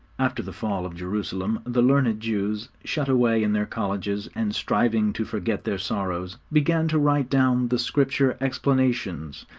after the fall of jerusalem the learned jews, shut away in their colleges and striving to forget their sorrows, began to write down the scripture explanations,